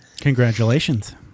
Congratulations